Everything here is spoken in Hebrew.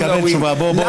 קבל, קבל תשובה, בוא, בוא.